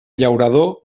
llaurador